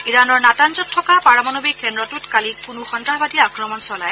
ইৰাণৰ নাটাঞ্জত থকা পাৰমাণৱিক কেন্দ্ৰটোত কালি কোনো সন্ত্ৰাসবাদীয়ে আক্ৰমণ চলায়